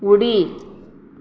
उडी